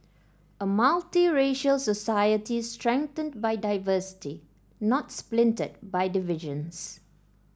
a multiracial society strengthened by diversity not splintered by divisions